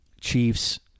Chiefs